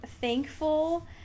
thankful